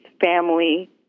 family